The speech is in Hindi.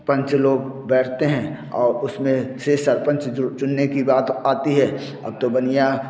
पंच लोग बैठते हैं और उसमें से सरपंच जो चुनने की बात आती है अब तो बनिया